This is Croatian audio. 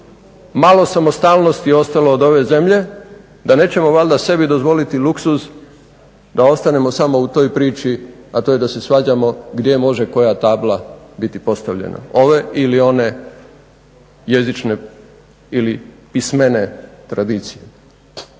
malo samostalnosti ostalo od ove zemlje, da nećemo valjda sebi dozvoliti luksuz da ostanemo samo u toj priči a to je da se svađamo gdje može koja tabla biti postavljena ove ili one jezične ili pismene tradicije.